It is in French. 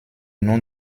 nom